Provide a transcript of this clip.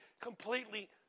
completely